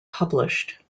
published